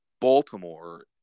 Baltimore